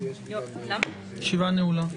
הישיבה נעולה.